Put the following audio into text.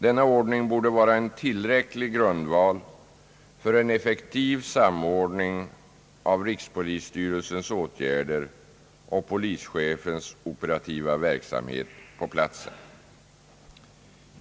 Denna ordning borde vara en till räcklig grundval för en effektiv samordning av rikspolisstyrelsens åtgärder och polischefens operativa verksamhet på platsen.